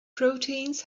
proteins